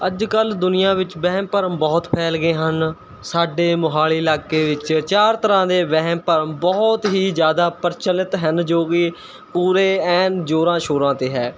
ਅੱਜ ਕੱਲ੍ਹ ਦੁਨੀਆਂ ਵਿੱਚ ਵਹਿਮ ਭਰਮ ਬਹੁਤ ਫੈਲ ਗਏ ਹਨ ਸਾਡੇ ਮੋਹਾਲੀ ਇਲਾਕੇ ਵਿੱਚ ਚਾਰ ਤਰ੍ਹਾਂ ਦੇ ਵਹਿਮ ਭਰਮ ਬਹੁਤ ਹੀ ਜਿਆਦਾ ਪ੍ਰਚਲਿੱਤ ਹਨ ਜੋ ਵੀ ਪੂਰੇ ਐਨ ਜੋਰਾਂ ਸ਼ੋਰਾ 'ਤੇ ਹੈ